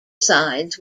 sides